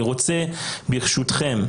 ברשותכם,